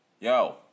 yo